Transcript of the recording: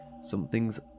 something's